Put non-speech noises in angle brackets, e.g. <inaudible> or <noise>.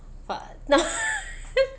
<laughs>